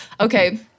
okay